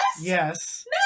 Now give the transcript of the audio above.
Yes